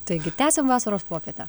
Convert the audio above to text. taigi tęsiam vasaros popietę